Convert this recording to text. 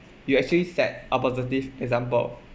you actually set a positive example